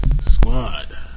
Squad